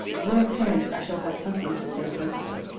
of their appearance i shall have something to say, presently.